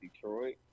Detroit